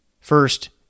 First